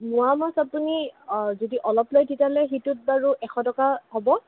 মোৱা মাছ আপুনি যদি অলপ লয় তেতিয়াহ'লে সেইটোত বাৰু এশ টকা হ'ব